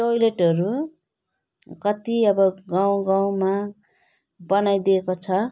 टोइलेटहरू कति अब गाउँ गाउँमा बनाइदिएको छ